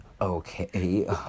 okay